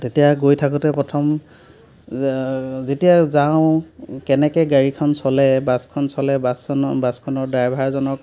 তেতিয়া গৈ থাকোঁতে প্ৰথম যেতিয়া যাওঁ কেনেকৈ গাড়ীখন চলে বাছখন চলে বাছখনৰ বাছখনৰ ড্ৰাইভাৰজনক